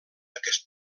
aquest